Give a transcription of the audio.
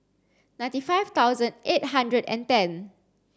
ninety five thousand eight hundred and ten